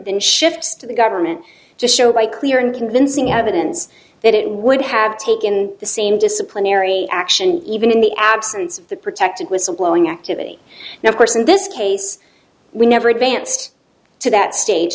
shifts to the government to show by clear and convincing evidence that it would have taken the same disciplinary action even in the absence of the protected whistle blowing activity now of course in this case we never advanced to that stage